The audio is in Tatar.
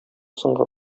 соңгы